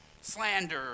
slander